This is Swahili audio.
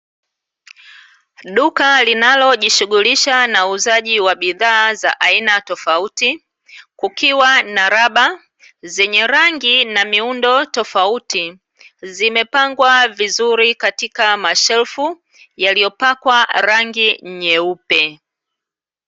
Duka linalojishughulisha na uuzaji wa bidhaa za aina tofauti, kukiwa na rabu zenye rangi na miundo tofauti zimepangwa vizuri katika mashelfu yaliyopakwa rangi nyeupe.